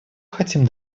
хотим